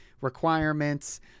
requirements